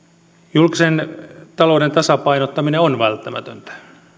julkisen talouden tasapainottaminen on välttämätöntä